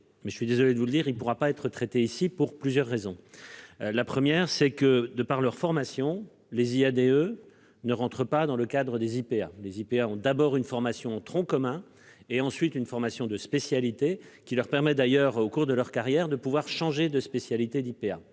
Mais je suis désolé de vous le dire, il ne pourra pas être traité ici pour plusieurs raisons. La première c'est que de par leur formation. Les IADE ne rentre pas dans le cadre des IPA les IPA ont d'abord une formation tronc commun et ensuite une formation de spécialités qui leur permet d'ailleurs au cours de leur carrière, de pouvoir changer de spécialité PA